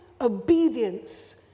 obedience